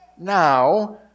now